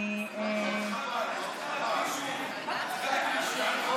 אני, את צריכה להקריא שוב.